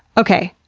okay,